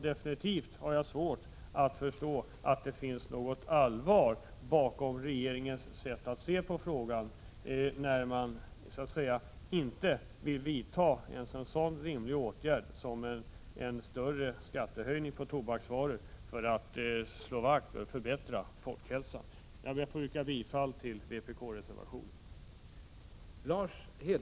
Definitivt har jag svårt att förstå att det finns något allvar bakom regeringens sätt att se på frågan, när den inte vill vidta ens en sådan rimlig åtgärd som en större skattehöjning på tobaksvaror för att minska konsumtionen och därigenom förbättra folkhälsan. Jag ber att få yrka bifall till vpk-reservationen.